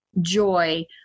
joy